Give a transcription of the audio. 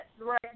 right